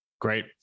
Great